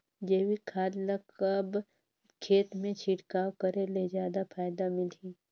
जैविक खाद ल कब खेत मे छिड़काव करे ले जादा फायदा मिलही?